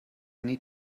need